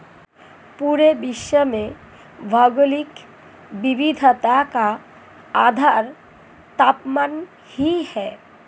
पूरे विश्व में भौगोलिक विविधता का आधार तापमान ही है